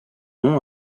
nom